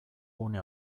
gune